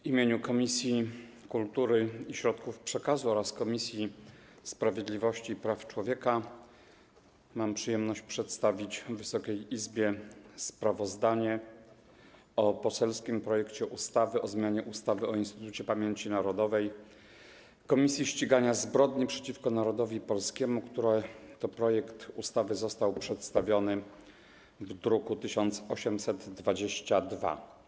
W imieniu Komisji Kultury i Środków Przekazu oraz Komisji Sprawiedliwości i Praw Człowieka mam przyjemność przedstawić Wysokiej Izbie sprawozdanie o poselskim projekcie ustawy o zmianie ustawy o Instytucie Pamięci Narodowej - Komisji Ścigania Zbrodni przeciwko Narodowi Polskiemu, który został przedstawiony w druku nr 1822.